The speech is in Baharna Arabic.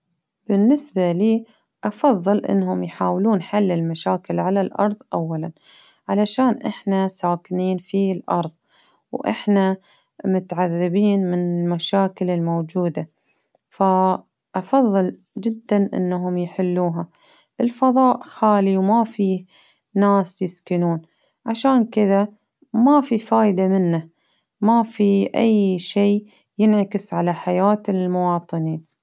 بالنسبة لي أفضل إنهم يحاولون حل المشاكل على الأرض أولا، علشان إحنا ساكنين في الأرض، وإحنا متعذبين من مشاكل الموجودة، ف أفضل جدا إنهم يحلوها، الفضاء خالي وما فيه ناس يسكنوه، عشان كذا ما في فايدة منه، ما في أي شي ينعكس على حياة المواطنين.